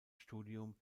studium